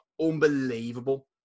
unbelievable